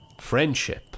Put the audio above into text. Friendship